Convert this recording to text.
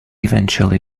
eventually